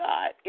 God